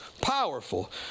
Powerful